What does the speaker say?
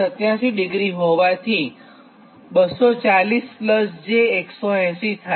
87 ֯ હોવાથી 240 j 180 થાય